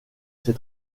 ses